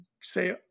say